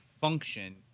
function